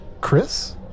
chris